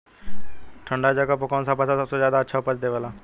ठंढा जगह पर कौन सा फसल सबसे ज्यादा अच्छा उपज देवेला?